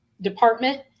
department